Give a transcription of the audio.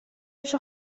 پیش